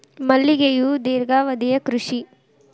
ಮಲ್ಲಿಗೆಯು ದೇರ್ಘಾವಧಿಯ ಕೃಷಿ